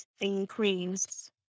increased